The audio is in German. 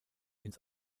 ins